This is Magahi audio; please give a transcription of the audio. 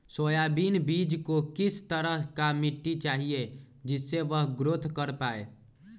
सोयाबीन बीज को किस तरह का मिट्टी चाहिए जिससे वह ग्रोथ कर पाए?